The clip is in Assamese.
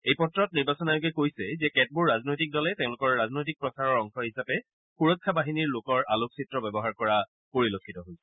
এই পত্ৰত নিৰ্বাচন আয়োগে কৈছে যে কেতবোৰ ৰাজনৈতিক দলে তেওঁলোকৰ ৰাজনৈতিক প্ৰচাৰৰ অংশ হিচাপে সুৰক্ষা বাহিনী লোকৰ আলোকচিত্ৰ ব্যৱহাৰ কৰা পৰিলক্ষিত হৈছে